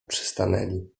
przystanęli